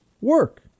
work